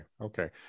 okay